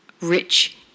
rich